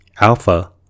Alpha